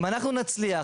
אם אנחנו נצליח,